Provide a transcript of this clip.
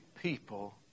people